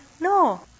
No